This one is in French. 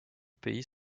pays